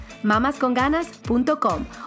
mamasconganas.com